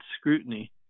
scrutiny